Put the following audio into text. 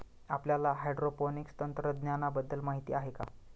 आपल्याला हायड्रोपोनिक्स तंत्रज्ञानाबद्दल माहिती आहे का?